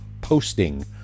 posting